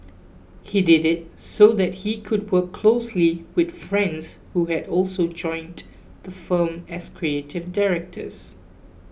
he did it so that he could work closely with friends who had also joined the firm as creative directors